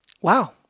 wow